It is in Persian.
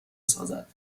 سازد